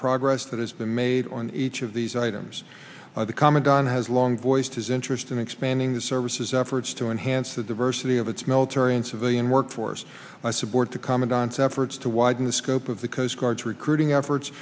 progress that has been made on each of these items the commandant has long boisterous interest in expanding the services efforts to enhance the diversity of its military and civilian workforce i support the commandant's efforts to widen the scope of the coastguards recruiting efforts